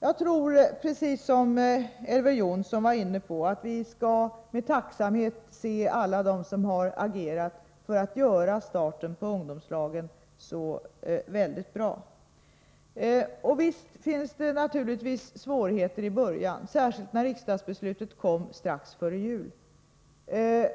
Jag tycker, precis som Elver Jonsson, att vi skall vara tacksamma mot alla dem som har agerat för ungdomslagen och lyckats göra starten av ungdomslagen så väldigt bra. Visst finns det svårigheter i början, särskilt som riksdagsbeslutet kom strax före jul.